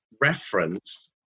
reference